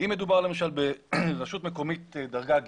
אם מדובר למשל ברשות מקומית דרגה ג',